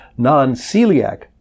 non-celiac